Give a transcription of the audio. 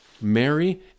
Mary